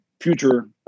future